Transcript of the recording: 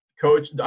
coach –